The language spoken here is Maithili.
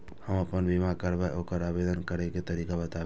हम आपन बीमा करब ओकर आवेदन करै के तरीका बताबु?